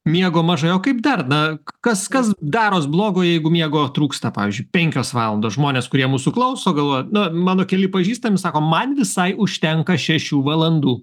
miego mažai o kaip dar na kas kas daros blogo jeigu miego trūksta pavyzdžiui penkios valandos žmonės kurie mūsų klauso galvoja na mano keli pažįstami sako man visai užtenka šešių valandų